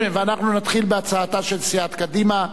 ואנחנו נתחיל בהצעתה של סיעת קדימה.